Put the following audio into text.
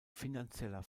finanzieller